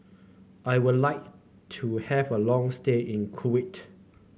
I would like to have a long stay in Kuwait